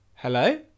Hello